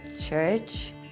church